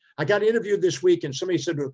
i got interviewed this week and somebody said,